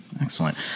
Excellent